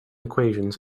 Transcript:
equations